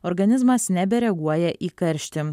organizmas nebereaguoja į karštį